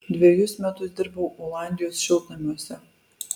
dvejus metus dirbau olandijos šiltnamiuose